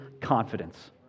confidence